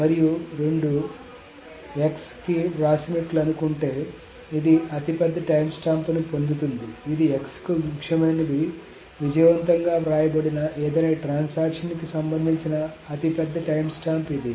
మరియు రెండూ x కి వ్రాసినట్లు అనుకుంటే ఇది అతిపెద్ద టైమ్స్టాంప్ని పొందుతుంది ఇది x కు ముఖ్యమైనది విజయవంతంగా వ్రాయబడిన ఏదైనా ట్రాన్సాక్షన్ కి సంబంధించిన అతి పెద్ద టైమ్స్టాంప్ ఇది